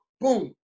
boom